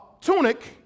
tunic